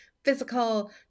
physical